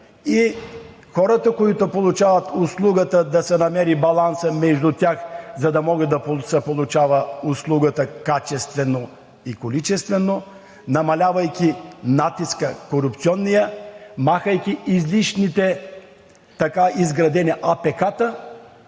и хората, които получават услугата, да се намери балансът между тях, за да може да се получава услугата качествено и количествено, намалявайки корупционния натиск, махайки излишните така изградени АПК-та,